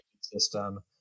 system